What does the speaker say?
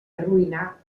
arruïnar